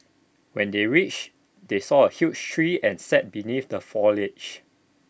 when they reached they saw A huge tree and sat beneath the foliage